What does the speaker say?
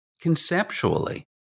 conceptually